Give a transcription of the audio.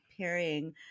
pairing